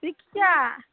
rickshaw